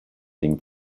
dingen